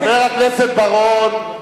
חבר הכנסת בר-און,